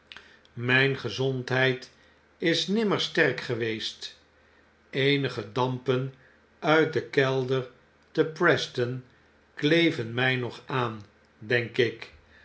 myn gezondheid is nimmer sterk geweest eenige dampen uit den kelder te preston kleven my nog aan denk ik